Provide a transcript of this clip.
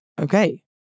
Okay